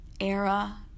era